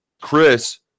Chris –